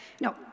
no